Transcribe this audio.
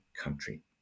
country